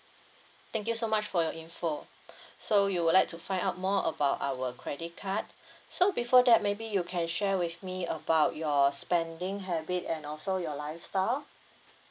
thank you so much for your info so you would like to find out more about our credit card so before that maybe you can share with me about your spending habit and also your lifestyle